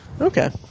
Okay